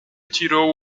tirou